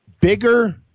bigger